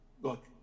Look